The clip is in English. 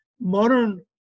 modern